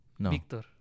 Victor